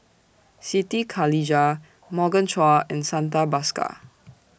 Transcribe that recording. Siti Khalijah Morgan Chua and Santha Bhaskar